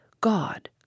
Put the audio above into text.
God